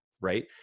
right